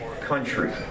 country